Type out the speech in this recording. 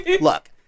look